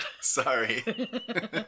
Sorry